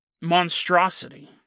monstrosity